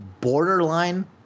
borderline